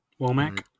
Womack